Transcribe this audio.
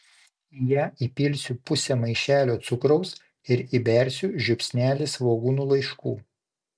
į ją įpilsiu pusę maišelio cukraus ir įbersiu žiupsnelį svogūnų laiškų